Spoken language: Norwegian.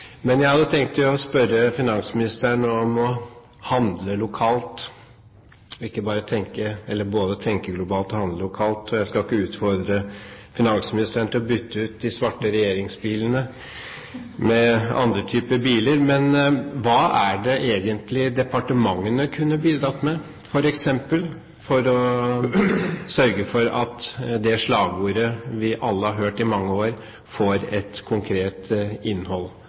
Jeg hadde tenkt å spørre finansministeren om både å tenke globalt og handle lokalt. Jeg skal ikke utfordre finansministeren til å bytte ut de svarte regjeringsbilene med andre typer biler, men hva er det egentlig departementene kunne bidratt med for å sørge for at det slagordet vi alle har hørt i mange år, får et konkret innhold